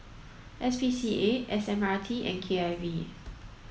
S P C A S M R T and K I V